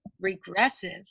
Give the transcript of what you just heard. regressive